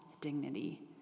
dignity